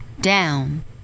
down